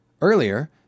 Earlier